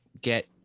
get